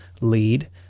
lead